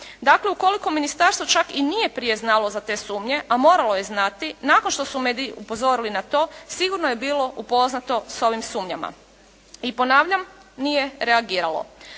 Dakle ukoliko ministarstvo čak i nije prije znalo za te sumnje, a moralo je znati nakon što su mediji upozorili na to, sigurno je bilo upoznato s ovim sumnjama. I ponavljam, nije reagiralo.